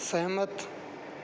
ਸਹਿਮਤ